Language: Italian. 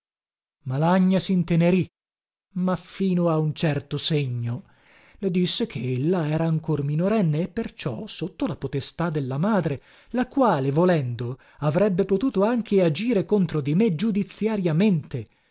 serbarsi fedele malagna sintenerì ma fino a un certo segno le disse che ella era ancor minorenne e perciò sotto la potestà della madre la quale volendo avrebbe potuto anche agire contro di me giudiziariamente